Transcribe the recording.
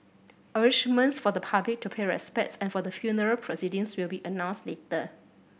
arrangements for the public to pay respects and for the funeral proceedings will be announced later